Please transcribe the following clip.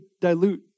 dilute